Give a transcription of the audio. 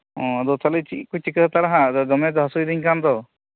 ᱚ ᱟᱫᱚ ᱛᱟᱦᱞᱮ ᱪᱮᱫ ᱠᱚ ᱪᱤᱠᱟᱹ ᱦᱟᱛᱟᱲᱟ ᱦᱟᱜ ᱫᱚᱢᱮ ᱜᱮ ᱦᱟᱹᱥᱩᱭᱮᱫᱤᱧ ᱠᱟᱱ ᱫᱚ